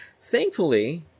Thankfully